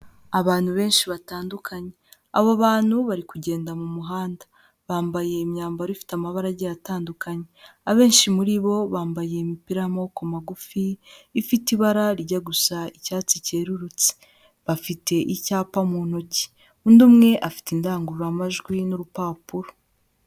Abantu benshi batandukanye, abo bantu bari kugenda mu muhanda, bambaye imyambaro ifite amabarage atandukanye, abenshi muri bo bambaye imipira y'amaboko magufi ifite ibara rijya gusa icyatsi cyerurutse, bafite icyapa mu ntoki, undi umwe afite indangururamajwi n'urupapuro.